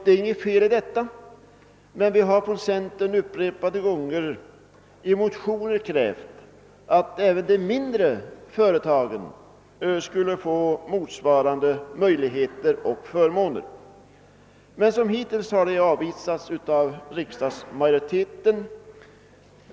Det är inget fel i detta, men vi inom centern har upprepade gånger i motioner krävt att även de mindre företagen skall få motsvarande möjligheter och förmåner, något som dock hittills avvisats av riksdagsmajoriteten.